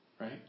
right